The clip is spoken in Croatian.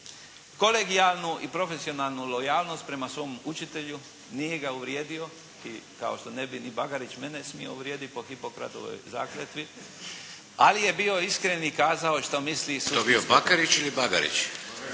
kolegijalnu i profesionalnu lojalnost prema svom učitelju. Nije ga uvrijedio kao što ne bi ni Bagarić mene smio uvrijediti po Hipokratovoj zakletvi. Ali je bio iskren i kazao je što misli. **Šeks, Vladimir